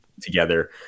together